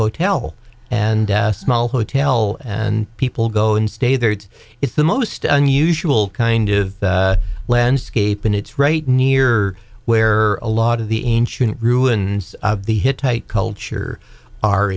hotel and small hotel and people go and stay there it's it's the most unusual kind of landscape and it's right near where a lot of the ancient ruins of the hittite culture are